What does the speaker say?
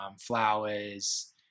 flowers